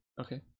Okay